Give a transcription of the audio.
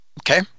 Okay